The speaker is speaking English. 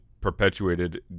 perpetuated